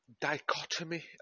dichotomy